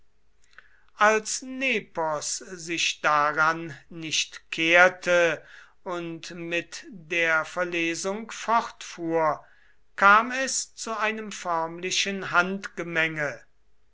als nepos sich daran nicht kehrte und mit der verlesung fortfuhr kam es zu einem förmlichen handgemenge